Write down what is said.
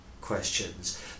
questions